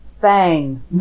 fang